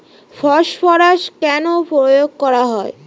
Phosphorus কেন প্রয়োগ করা হয়?